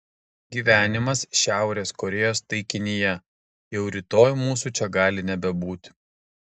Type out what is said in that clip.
gyvenimas šiaurės korėjos taikinyje jau rytoj mūsų čia gali nebebūti